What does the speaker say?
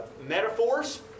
metaphors